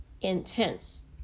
intense